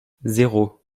zéro